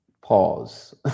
Pause